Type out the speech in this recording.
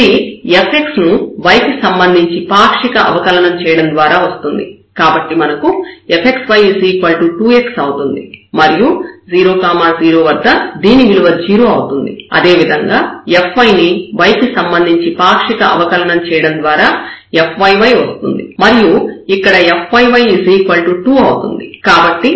ఇది fxను y కి సంబంధించి పాక్షిక అవకలనం చేయడం ద్వారా వస్తుంది కాబట్టి మనకు fxy 2x అవుతుంది మరియు 0 0 వద్ద దీని విలువ 0 అవుతుంది అదేవిధంగా fy ని y కి సంబంధించి పాక్షిక అవకలనం చేయడం ద్వారా fyyవస్తుంది మరియు ఇక్కడ fyy 2 అవుతుంది